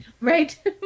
Right